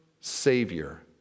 Savior